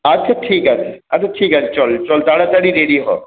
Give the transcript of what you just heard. আচ্ছা ঠিক আছে আচ্ছা ঠিক আছে চল চল তাড়াতাড়ি রেডি হ